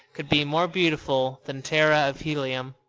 could be more beautiful than tara of helium.